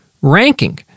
ranking